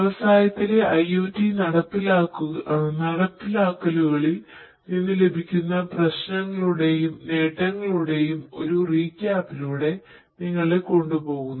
വ്യവസായത്തിലെ IOT നടപ്പിലാക്കലുകളിൽ നിന്ന് ലഭിക്കുന്ന പ്രശ്നങ്ങളുടെയും നേട്ടങ്ങളുടെയും ഒരു റീക്യാപ്പിലൂടെ നിങ്ങളെ കൊണ്ടുപോകുന്നു